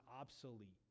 obsolete